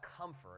comfort